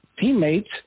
teammates